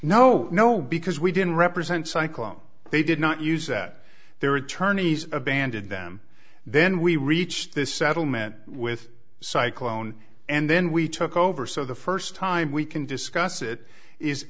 no no because we didn't represent cycle they did not use that their attorneys abandoned them then we reached this settlement with cycle own and then we took over so the first time we can discuss it is